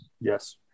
Yes